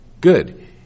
Good